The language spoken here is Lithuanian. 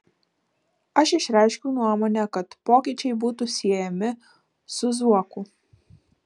aš išreiškiau nuomonę kad pokyčiai būtų siejami su zuoku